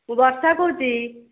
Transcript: ବର୍ଷା କହୁଛି